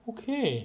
Okay